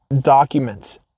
documents